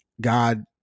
God